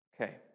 Okay